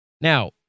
Now